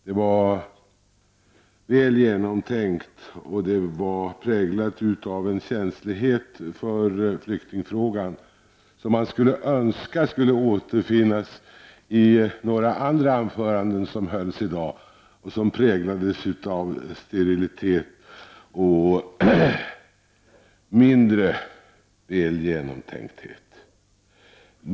Det var väl genomtänkt, och det var präglat av en känslighet för flyktingfrågan som jag önskar hade återfunnits i några andra anföranden som hölls i dag men som präglades av sterilitet och var mindre väl genomtänkta.